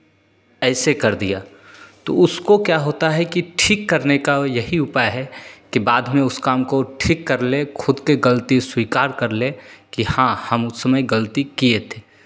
ऐसे कर दिया तो उसको क्या होता है कि ठीक करने का यही उपाय है कि बाद में उस काम को ठीक कर लें खुद की गलती स्वीकार कर लें कि हाँ हम उस समय गलती किये थे